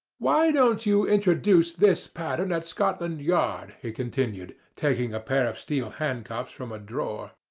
why don't you introduce this pattern at scotland yard? he continued, taking a pair of steel handcuffs from a drawer.